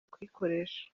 kuyikoresha